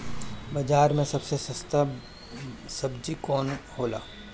बाजार मे सबसे सस्ता सबजी कौन होला?